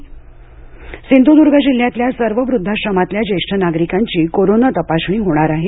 वृद्धांच्या चाचण्या सिंधुर्दुर्ग जिल्ह्यातल्या सर्व वृद्धाश्रमातल्या ज्येष्ठ नागरिकांची कोरोना तपासणी होणार आहे